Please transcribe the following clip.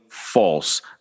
false